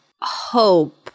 hope